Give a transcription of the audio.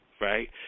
right